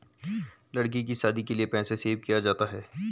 लड़की की शादी के लिए पैसे सेव किया जाता है